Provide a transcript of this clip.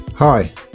Hi